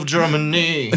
Germany